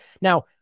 Now